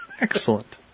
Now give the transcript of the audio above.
Excellent